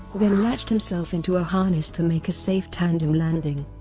then latched himself into a harness to make a safe tandem landing.